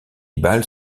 bals